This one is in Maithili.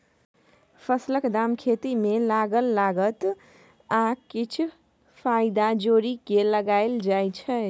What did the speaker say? फसलक दाम खेती मे लागल लागत आ किछ फाएदा जोरि केँ लगाएल जाइ छै